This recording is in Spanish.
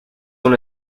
una